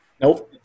Nope